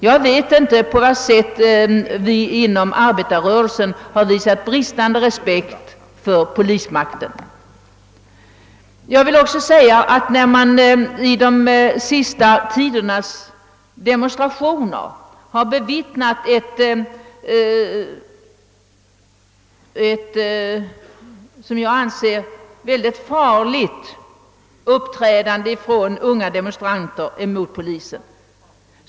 Jag vet inte på vad sätt vi inom arbetarrörelsen har visat bristande respekt för polismakten. Vid den senaste tidens demonstrationer har man bevittnat ett enligt min mening mycket farligt uppträdande av unga demonstranter mot polisen.